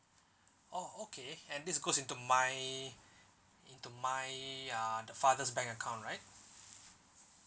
oh okay and this goes into my into my uh the father's bank account right